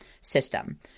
System